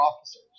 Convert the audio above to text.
officers